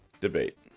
debate